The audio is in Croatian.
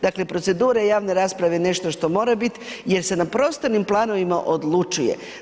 Dakle, procedure javne rasprave je nešto što mora bit jer se na prostornim planovima odlučuje.